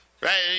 right